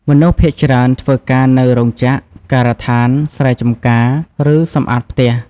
មនុស្សភាគច្រើនធ្វើការនៅរោងចក្រ ការដ្ឋាន ស្រែចម្ការ ឬសម្អាតផ្ទះ។